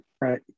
right